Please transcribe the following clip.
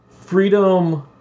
freedom